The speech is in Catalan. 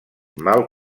mal